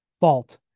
fault